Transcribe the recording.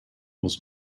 was